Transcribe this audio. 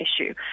issue